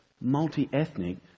multi-ethnic